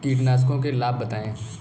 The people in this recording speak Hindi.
कीटनाशकों के लाभ बताएँ?